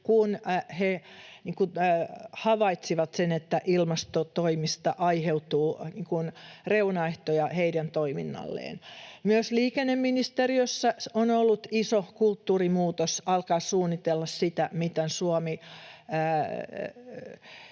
kun he havaitsivat, että ilmastotoimista aiheutuu reunaehtoja heidän toiminnalleen. Myös liikenneministeriössä on ollut iso kulttuurimuutos alkaa suunnitella, miten Suomi